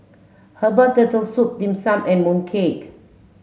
herbal turtle soup dim sum and mooncake